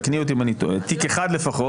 תקני אותי אם אני טועה תיק אחד לפחות,